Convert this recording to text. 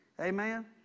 Amen